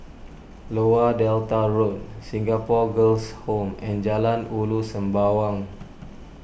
Lower Delta Road Singapore Girls' Home and Jalan Ulu Sembawang